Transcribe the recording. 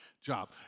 job